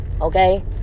Okay